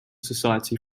society